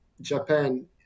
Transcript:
Japan